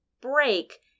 break